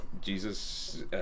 Jesus